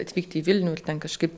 atvykti į vilnių ir ten kažkaip